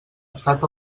estat